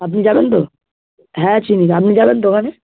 আপনি যাবেন তো হ্যাঁ চিনি আপনি যাবেন তো ওখানে